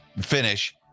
finish